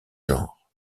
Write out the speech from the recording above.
genres